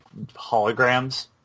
holograms